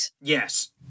yes